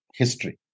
history